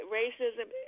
racism